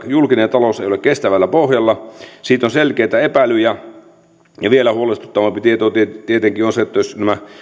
julkinen taloutemme ei ole kestävällä pohjalla siitä on selkeitä epäilyjä vielä huolestuttavampi tieto on tietenkin se jos nämä